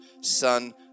son